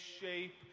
shape